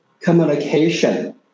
communication